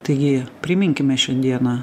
taigi priminkime šiandieną